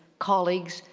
colleagues,